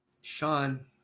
Sean